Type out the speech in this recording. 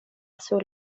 sur